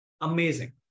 amazing